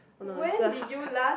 oh no is got the hard card